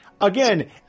Again